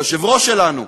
היושב-ראש שלנו.